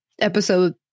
episode